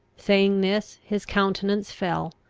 saying this, his countenance fell,